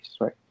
right